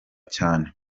cane